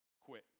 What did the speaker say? Quit